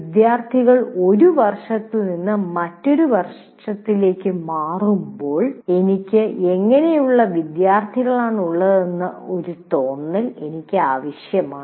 വിദ്യാർത്ഥികൾ ഒരു വർഷത്തിൽ നിന്ന് മറ്റൊന്നിലേക്ക് മാറുമ്പോൾ എനിക്ക് എങ്ങനെയുള്ള വിദ്യാർത്ഥികളാണുള്ളതെന്ന് ഒരു തോന്നൽ എനിക്ക് ആവശ്യമാണ്